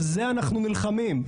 על זה אנחנו נלחמים,